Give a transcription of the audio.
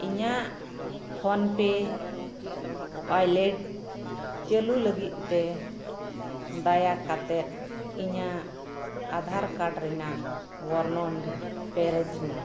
ᱤᱧᱟ ᱜ PhonePe wallet ᱪᱟ ᱞᱩ ᱞᱟ ᱜᱤᱫ ᱛᱮ ᱫᱟᱭᱟᱠᱟᱛᱮᱜ ᱤᱧᱟᱹᱜ ᱟᱫᱷᱟᱨ ᱠᱟᱨᱰ ᱨᱮᱱᱟᱝ ᱵᱚᱨᱱᱚᱱ ᱯᱮᱨᱮᱡᱽ ᱢᱮ